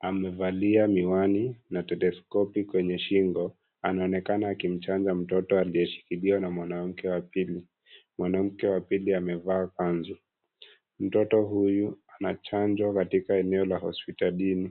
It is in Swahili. amevalia miwani na telesikopi kwenye shingo. Anaonekana akimchanja mtoto aliyeshikiliwa na mwanamke wa pili. Mwanamke wa pili amevaa kanzu. Mtoto huyu anachanjo katika eneo la hospitalini.